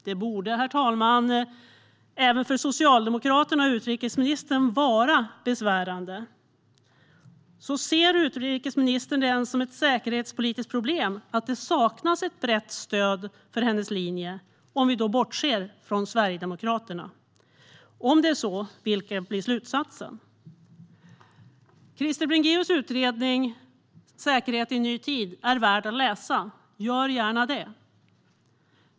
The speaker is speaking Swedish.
Det borde, herr talman, även för Socialdemokraterna och utrikesministern vara besvärande. Ser utrikesministern det som ett säkerhetspolitiskt problem att det saknas ett brett stöd för hennes linje, om vi bortser från Sverigedemokraterna? Om det är så, vilken blir slutsatsen? Krister Bringéus utredning Säkerhet i ny tid är värd att läsa. Gör gärna det.